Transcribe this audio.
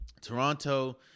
toronto